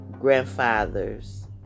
grandfather's